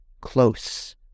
close